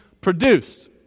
produced